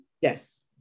yes